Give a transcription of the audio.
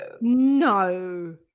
no